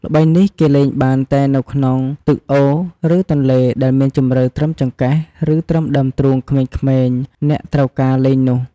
ល្បែងនេះ គេលេងបានតែនៅក្នុងទឹកអូរ ឬទន្លេដែលមានជម្រៅត្រឹមចង្កេះឬត្រឹមដើមទ្រូងក្មេងៗអ្នកត្រូវការលេងនោះ។